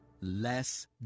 Less